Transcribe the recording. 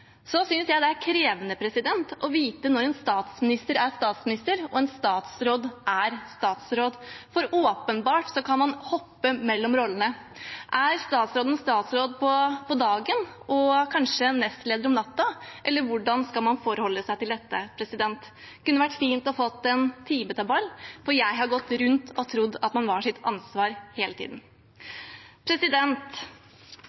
Så synes jeg det er krevende å vite når en statsminister er statsminister, og når en statsråd er statsråd, for man kan åpenbart hoppe mellom rollene. Er statsråden statsråd på dagen og kanskje nestleder om natten, eller hvordan skal man forholde seg til dette? Det kunne ha vært fint å få en timetabell, for jeg har gått rundt og trodd at man var seg sitt ansvar bevisst hele